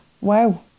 wow